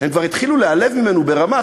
הם כבר התחילו להיעלב מאתנו ברמה.